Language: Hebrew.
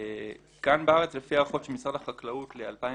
כאן בארץ, לפי הערכות של משרד החקלאות ל-2017,